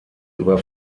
über